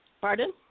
Pardon